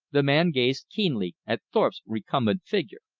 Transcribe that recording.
the man gazed keenly at thorpe's recumbent figure.